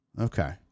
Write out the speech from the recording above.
Okay